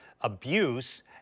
abuse